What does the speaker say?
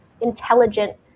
intelligent